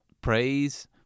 praise